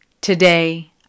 Today